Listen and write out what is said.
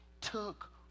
took